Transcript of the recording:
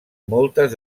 moltes